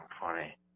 funny